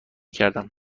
کردم